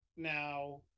Now